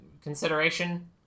consideration